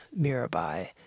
Mirabai